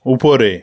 উপরে